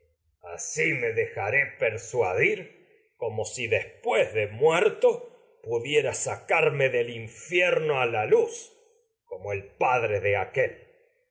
así dejaré persuadir como después de muerto como pudiera sacarme del infierno a la luz jv el padre de aquél